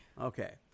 Okay